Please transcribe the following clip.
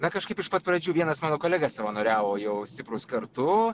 na kažkaip iš pat pradžių vienas mano kolega savanoriavo jau stiprūs kartu